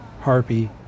Harpy